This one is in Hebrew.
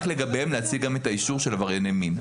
רק לגביהם להציג גם את האישור של עברייני מין.